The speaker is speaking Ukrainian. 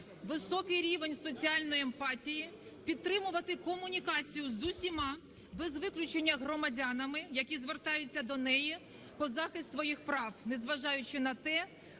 високий рівень соціальної емпатії, підтримувати комунікацію з усіма без виключення громадянами, які звертаються до неї про захист своїх прав, незважаючи на те,